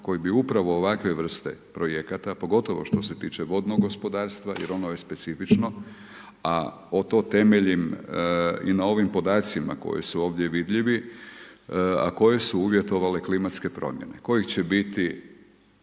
koji bi upravo ovakve vrste projekata, pogotovo što se tiče vodnog gospodarstva jer ono je specifično, a to temeljim i na ovim podacima koji su ovdje vidljivi, a koji su uvjetovale klimatske promjene, kojih će biti,